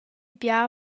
bia